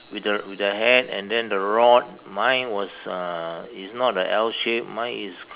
with the with the hand and then the rod mine was uh it's not a L shape mine is